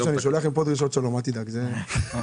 אני רוצה לברך את הממשלה, את שר האוצר,